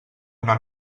una